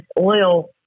oil